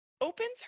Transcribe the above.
opens